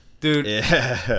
Dude